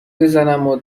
بزنم